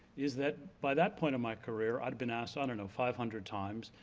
is that by that point of my career i'd been asked, i don't know five hundred times,